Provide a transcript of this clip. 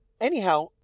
Anyhow